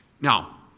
Now